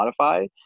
Spotify